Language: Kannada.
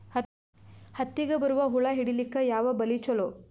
ಹತ್ತಿಗ ಬರುವ ಹುಳ ಹಿಡೀಲಿಕ ಯಾವ ಬಲಿ ಚಲೋ?